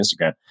Instagram